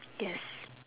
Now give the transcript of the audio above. yes